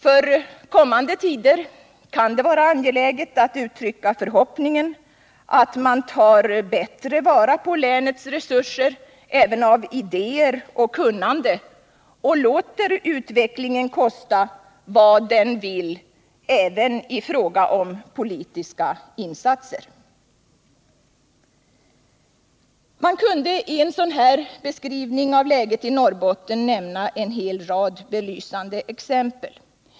För kommande tider kan det vara angeläget att uttrycka förhoppningen att man tar bättre vara på länets resurser, idéer och kunnande och låter utvecklingen kosta vad den vill även i fråga om politiska insatser. Man kunde i en sådan här beskrivning av läget i Norrbotten ta en hel rad belysande exempel.